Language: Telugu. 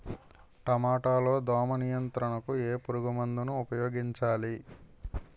టమాటా లో దోమ నియంత్రణకు ఏ పురుగుమందును ఉపయోగించాలి?